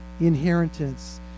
inheritance